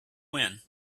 when